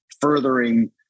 furthering